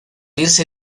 irse